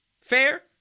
Fair